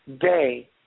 day